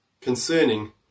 concerning